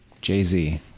Jay-Z